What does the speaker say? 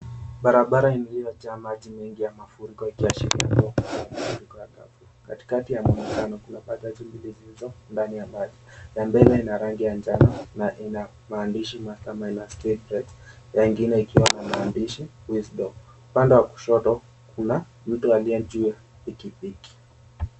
Barabara iliyojaa maji mengi ya mafuriko ikiashiria kuwa kuna mafuriko ya ghafla. Katikati ya mwonekano kuna matatu mbili zilizo ndani ya maji. Ya mbele ina rangi ya njano na ina maandishi, Mastermind Secret, na ingine ikwa na maandishi wisdom . Upande wa kushoto kuna mtu aliye juu ya pikipiki.